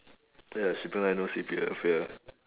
ya shipping line no C_P_F ya